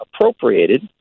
appropriated